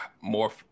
more